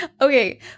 Okay